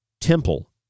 Temple